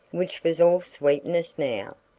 which was all sweetness now.